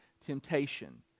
temptation